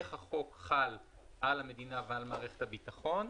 איך החוק חל על המדינה ועל מערכת הביטחון,